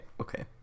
okay